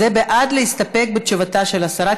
זה בעד להסתפק בתשובתה של השרה,